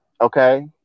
okay